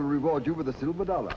reward you with a silver dollar